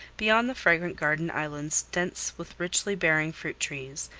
beyond the fragrant garden islands dense with richly bearing fruit-trees,